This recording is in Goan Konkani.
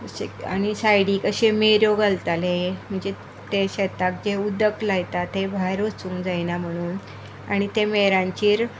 सायडीक अशे मेरो घालताले ते शेताक जे उदक लायता ते भायर वचूंक जायना म्हणून आनी त्या वेरांचेर